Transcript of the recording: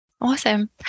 Awesome